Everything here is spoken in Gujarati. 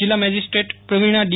જિલ્લા મેજીસ્ટ્રેટ પ્રવિણા ડી